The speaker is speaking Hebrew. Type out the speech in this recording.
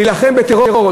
להילחם בטרור.